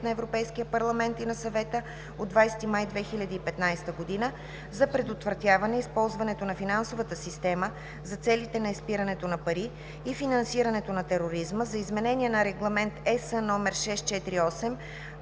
на Европейския парламент и на Съвета от 20 май 2015 г. за предотвратяване използването на финансовата система за целите на изпирането на пари и финансирането на тероризма, за изменение на Регламент (ЕС) №